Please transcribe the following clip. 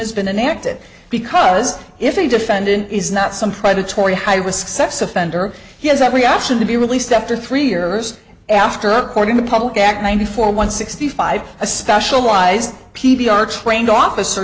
has been enacted because if a defendant is not some predatory high risk sex offender he has that reaction to be released after three years after according to the public act ninety four one sixty five a specialized p b r trained officer